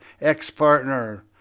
ex-partner